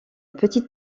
petite